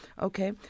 okay